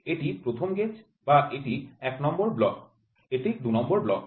এটি প্রথম গেজ বা একটি ১ নং ব্লক এটি ২ নং ব্লক